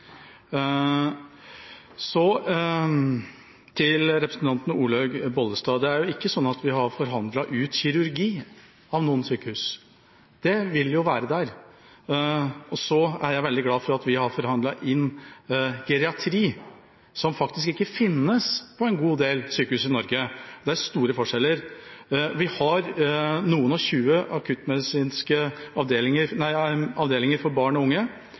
Så til representanten Olaug V. Bollestad: Det er jo ikke slik at vi har forhandlet ut kirurgi av noen sykehus. Det vil jo være der. Så er jeg veldig glad for at vi har forhandlet inn geriatri, som faktisk ikke finnes på en god del sykehus i Norge. Det er store forskjeller. Vi har noen og tjue medisinske avdelinger for barn og unge